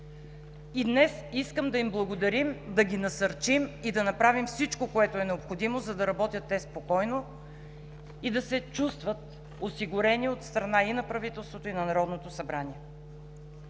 И днес искам да им благодарим, да ги насърчим и да направим всичко, което е необходимо, за да работят спокойно и да се чувстват осигурени от страна и на правителството, и на Народното събрание.